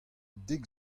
dek